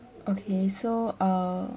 okay so uh